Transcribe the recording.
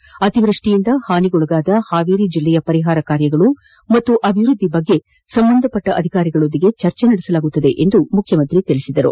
ಯಡಿಯೂರಪ್ಪ ಅತಿವೃಷ್ಟಿಯಿಂದ ಹಾನಿಗೊಳಗಾದ ಹಾವೇರಿ ಜಿಲ್ಲೆಯ ಪರಿಹಾರ ಕಾರ್ಯಗಳು ಹಾಗೂ ಅಭಿವೃದ್ದಿ ಬಗ್ಗೆ ಸಂಬಂಧಪಟ್ಟ ಅಧಿಕಾರಿಗಳೊದನೆ ಚರ್ಚೆ ನಡೆಸಲಾಗುವುದು ಎಂದು ಹೇಳಿದರು